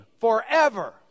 forever